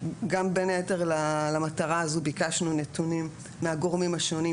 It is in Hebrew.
גם בין היתר למטרה הזו ביקשנו נתונים מהגורמים השונים,